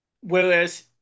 whereas